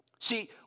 See